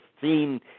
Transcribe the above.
seen